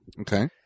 Okay